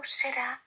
será